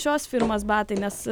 šios firmos batai nes